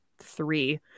three